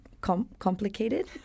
complicated